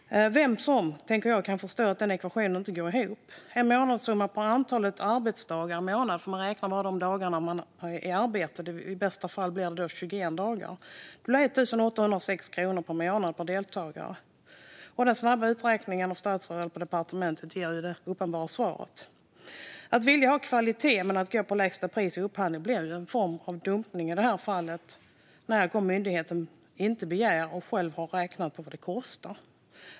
Vem som helst kan förstå att den ekvationen inte går ihop. En månadssumma för antal arbetsdagar i månaden - för man räknar bara de dagar man är i arbete, och i bästa fall blir det 21 dagar - blir 1 806 kronor per månad per deltagare. En snabb uträkning av statsrådet eller på departementet ger det uppenbara svaret. Att vilja ha kvalitet men att gå på lägsta pris i upphandlingar blir en form av dumpning i det här fallet när och om myndigheten inte begär och själv har räknat på vad det kostar.